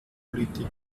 politik